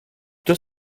deux